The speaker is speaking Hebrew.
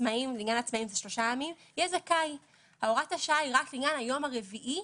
לעניין עצמאים זה שלושה ימים הוראת השעה היא רק לעניין היום הרביעי,